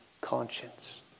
conscience